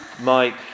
Mike